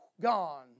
gone